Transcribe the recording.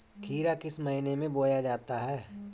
खीरा किस महीने में बोया जाता है?